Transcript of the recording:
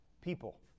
people